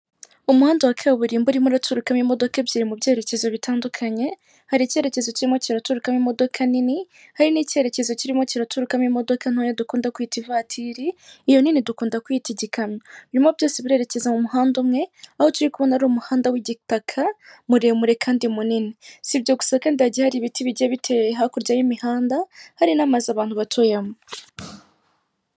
Umuhanda wa kaburimbo urimo uraturukamo imodoka ebyiri mu byerekezo bitandukanye, hari ikerekezo kirimo kiraturukamo imodoka nini, hari n'ikerekezo kirimo kiraturukamo imodoka ntoya dukunda kwita ivatiri, iyo nini dukunda kwita igikamyo, birimo byose birekeza mu muhanda umwe, aho turi kubona ari umuhanda w'igitaka muremure kandi munini, si ibyo gusa kandi hagiye hari ibiti bigiye biteye hakurya y'imihanda, hari n'amazu abantu batuyemo.